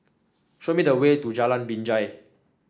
show me the way to Jalan Binjai